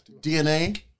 DNA